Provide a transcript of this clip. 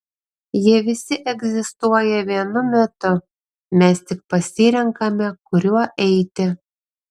jie visi egzistuoja vienu metu mes tik pasirenkame kuriuo eiti